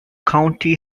county